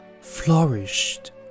flourished